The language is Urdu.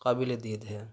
قابل دید ہے